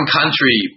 country